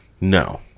No